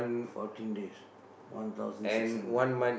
fourteen days one thousand six hundred